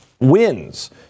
wins